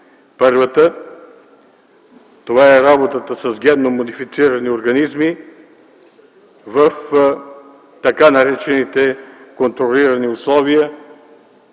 Първата е работата с генно модифицирани организми в така наречените контролирани условия